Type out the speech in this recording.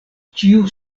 ĉiu